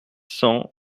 cents